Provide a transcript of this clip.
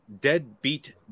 deadbeat